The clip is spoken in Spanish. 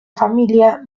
familia